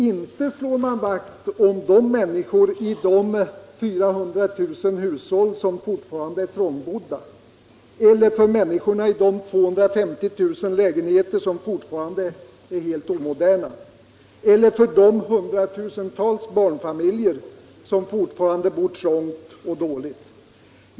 Inte slår man vakt om människorna i de 400 000 hushåll som fortfarande är trångbodda eller om människorna i de 250 000 lägenheter som fortfarande är helt omoderna eller om de hundratusentals barnfamiljer som fortfarande bor trångt och dåligt.